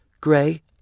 Gray